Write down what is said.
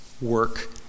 work